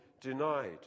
denied